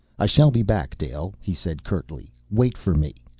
i shall be back, dale, he said curtly. wait for me!